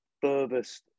furthest